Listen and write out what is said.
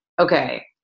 okay